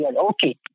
Okay